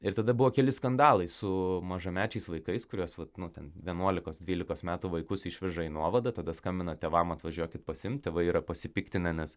ir tada buvo keli skandalai su mažamečiais vaikais kuriuos vat nu ten vienuolikos dvylikos metų vaikus išveža į nuovadą tada skambina tėvam atvažiuokit pasiimt tėvai yra pasipiktinę nes